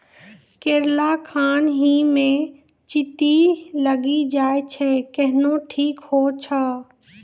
करेला खान ही मे चित्ती लागी जाए छै केहनो ठीक हो छ?